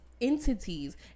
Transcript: entities